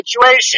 situation